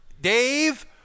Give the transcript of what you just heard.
dave